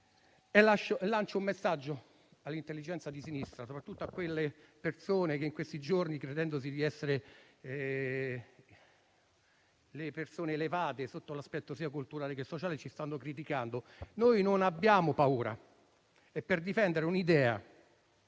Lancio un messaggio all'intelligenza di sinistra, soprattutto a quelle persone che in questi giorni, credendosi di essere elevate sia sotto l'aspetto culturale che sociale, ci stanno criticando: noi non abbiamo paura e per difendere un'idea,